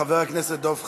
חבר הכנסת דב חנין.